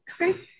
Okay